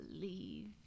believe